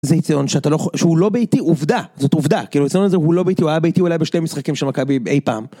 זה יציאון שהוא לא ביתי, עובדה, זאת עובדה, כאילו יציאון הזה הוא לא ביתי, הוא היה ביתי, הוא היה בשני משחקים של מכבי אי פעם.